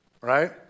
Right